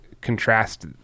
contrast